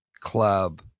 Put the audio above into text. club